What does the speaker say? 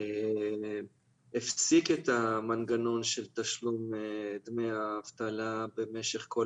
שהפסיק את המנגנון של תשלום דמי האבטלה במשך כל